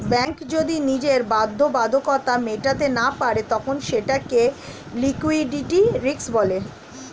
bank যদি নিজের বাধ্যবাধকতা মেটাতে না পারে তখন সেটাকে লিক্যুইডিটি রিস্ক বলে